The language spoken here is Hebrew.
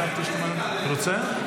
רוצה?